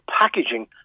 packaging